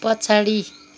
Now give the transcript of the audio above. पछाडि